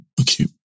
Okay